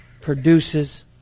produces